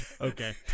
Okay